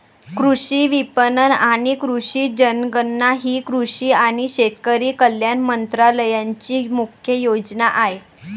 कृषी विपणन आणि कृषी जनगणना ही कृषी आणि शेतकरी कल्याण मंत्रालयाची मुख्य योजना आहे